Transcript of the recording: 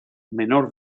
menor